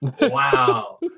Wow